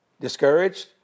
discouraged